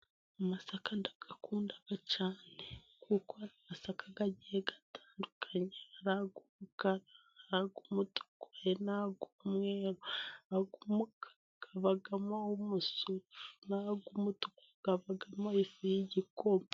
Amasaka ndayakunda cyane kuko amasaka agiye atandukanye hari ay'umukara, hari ay'umutuku , hari n'ay'umweru. Ay' umukara avamo umusururu, n'aho ay'umutuku avamo ifu y'igikoma.